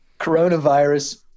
coronavirus